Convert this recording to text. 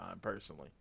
personally